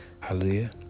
Hallelujah